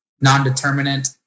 non-determinant